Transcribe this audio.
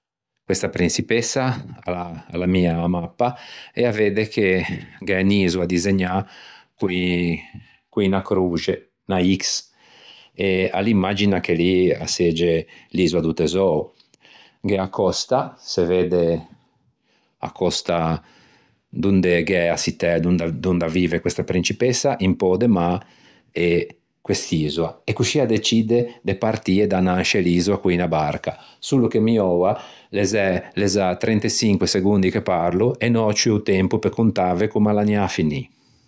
Questa prinçipessa a l'a- a l'ammia a mappa e a vedde che gh'é unn'isoa disegnâ con unn- con unna croxe unna x e à l'imagina che lì a segge l'isoa do tesoo. Gh'é a còsta, se vedde a còsta donde gh'é a çittæ dond- donde a vive questa principessa, un pö de mâ e quest'isoa. Coscì a deçidde de partî e de anâ in sce l'isoa con unna barca. Solo che mi oua l'é ze l'é za trenteçinque segondi che parlo e no ò ciù o tempo pe contâve comme a l'anià à finî.